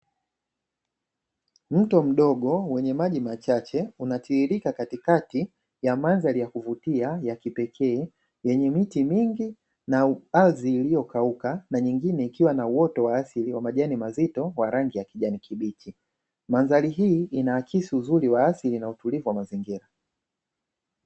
Mto mdogo wenye maji machache unatiririka katikati ya mandhari ya kuvutia ya kipekee yenye miti mingi na ardhi iliyokauka, na nyingine ikiwa na uoto wa asili wa majani mazito ya rangi ya kijani kibichi. Mandhari hii inaakisi uzuri wa asili na utulivu wa mazingira.